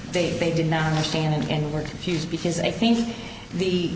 they they did not understand it and were confused because i think the